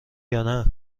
یانه